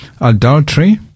adultery